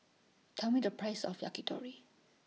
Tell Me The Price of Yakitori